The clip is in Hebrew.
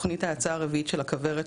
בתוכנית ההצעה הרביעית של הכוונת,